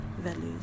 values